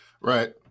Right